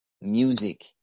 music